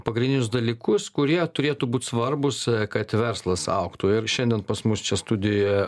pagrindinius dalykus kurie turėtų būt svarbūs kad verslas augtų ir šiandien pas mus čia studijoje